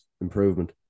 improvement